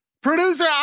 Producer